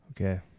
Okay